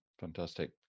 Fantastic